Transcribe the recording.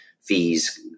fees